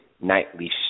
nightly